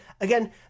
Again